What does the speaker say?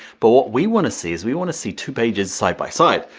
but what we wanna see is we wanna see two pages side by side.